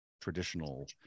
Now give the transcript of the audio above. traditional